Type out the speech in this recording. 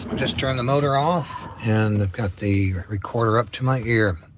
just turned the motor off and i've got the recorder up to my ear.